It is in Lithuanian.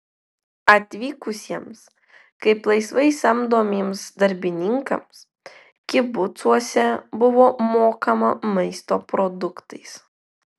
atvykusiems kaip laisvai samdomiems darbininkams kibucuose buvo mokama maisto produktais